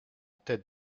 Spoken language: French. tête